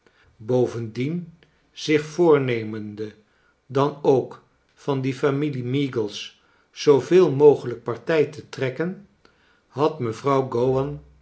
bovendien zich voornemende dan ook van die familie meagles zooveel mogelijk partij te trekken had mevrouw